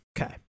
Okay